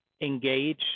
engage